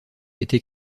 été